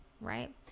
right